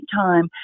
time